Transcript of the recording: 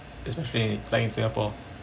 especially like in singapore